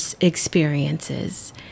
experiences